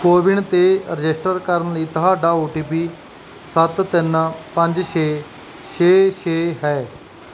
ਕੋਵਿਨ 'ਤੇ ਰਜਿਸਟਰ ਕਰਨ ਲਈ ਤੁਹਾਡਾ ਓ ਟੀ ਪੀ ਸੱਤ ਤਿੰਨ ਪੰਜ ਛੇ ਛੇ ਛੇ ਹੈ